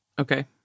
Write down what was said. Okay